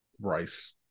Rice